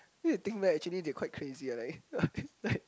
if you think back actually they quite crazy ah like